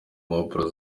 mpapuro